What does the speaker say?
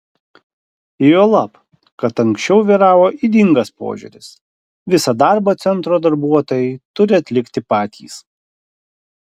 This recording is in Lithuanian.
juolab kad anksčiau vyravo ydingas požiūris visą darbą centro darbuotojai turi atlikti patys